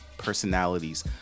personalities